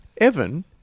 Evan